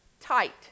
tight